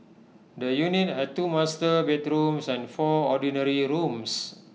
the unit had two master bedrooms and four ordinary rooms